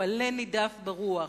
הוא עלה נידף ברוח,